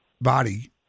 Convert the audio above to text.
body